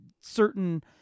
certain